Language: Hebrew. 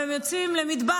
והן פשוט יוצאות למדבר.